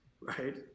Right